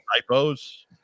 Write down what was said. Typos